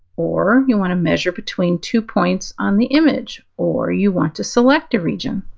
or you want to measure between two points on the image, or you want to select a region.